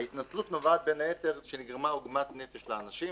ההתנצלות נובעת בין היתר על שנגרמה עוגמת נפש לאנשים,